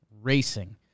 Racing